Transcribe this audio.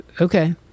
Okay